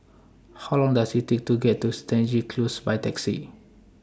How Long Does IT Take to get to Stangee Close By Taxi